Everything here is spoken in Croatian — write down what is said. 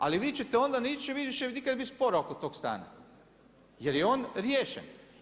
Ali vi ćete onda, neće više nikad biti spora oko toga stana jer je on riješen.